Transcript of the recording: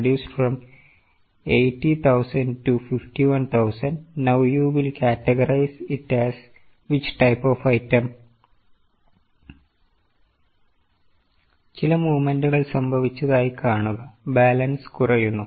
Next is debentures debenture balance has reduced from 80000 to 51000 now you will categorize it as which type of item ചില മൂവ്മെന്റുകൾ സംഭവിച്ചതായി കാണുക balance കുറയുന്നു